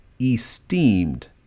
esteemed